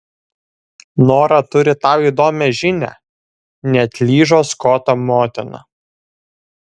nora turi tau įdomią žinią neatlyžo skoto motina